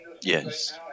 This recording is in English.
Yes